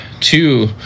two